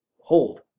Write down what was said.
hold